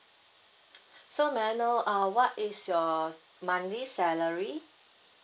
so may I know uh what is your monthly salary